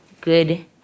good